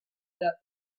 that